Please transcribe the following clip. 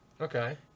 okay